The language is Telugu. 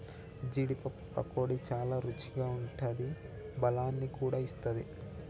జీడీ పప్పు పకోడీ చాల రుచిగా ఉంటాది బలాన్ని కూడా ఇస్తది